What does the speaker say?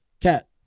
Cat